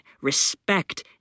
respect